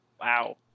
Wow